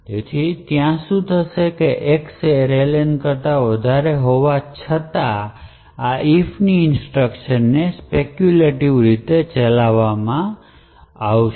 તેથી ત્યાં શું થશે X એ array len કરતા વધારે હોવા છતાં આ if ની ઇન્સટ્રકશન ને સ્પેક્યૂલેટિવ રીતે ચલાવવામાં આવશે